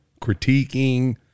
critiquing